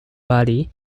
body